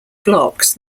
blocks